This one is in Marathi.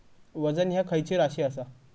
वजन ह्या खैची राशी असा?